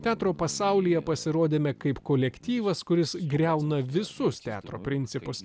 teatro pasaulyje pasirodėme kaip kolektyvas kuris griauna visus teatro principus